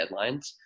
deadlines